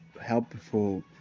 helpful